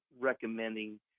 recommending